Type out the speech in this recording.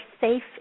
safe